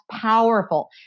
powerful